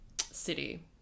city